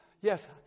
Yes